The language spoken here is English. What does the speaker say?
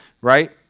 right